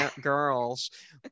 girls